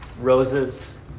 roses